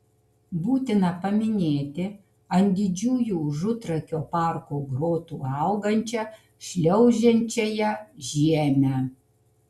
būtina paminėti ant didžiųjų užutrakio parko grotų augančią šliaužiančiąją žiemę